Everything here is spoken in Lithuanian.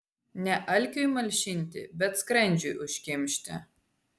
ne alkiui malšinti bet skrandžiui užkimšti